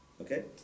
okay